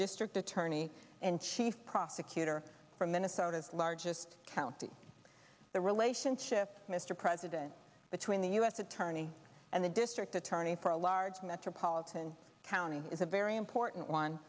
district attorney and chief prosecutor from minnesota's largest county the relationship mr president between the u s attorney and the district attorney for a large metropolitan county is a very important one